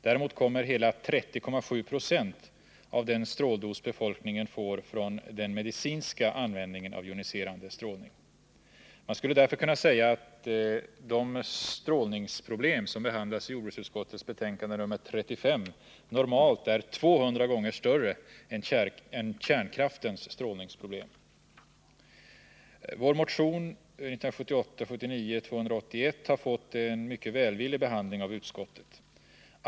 Däremot kommer hela 30,7 70 av den stråldos befolkningen får från den medicinska användningen av joniserande strålning. Man skulle därför kunna säga att det strålningsproblem som behandlas i jordbruksutskottets betänkande nr 35 normalt är 200 gånger större än kärnkraftens strålningsproblem. Vår motion 1978/79:281 har fått en mycket välvillig behandling av utskottet.